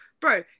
bro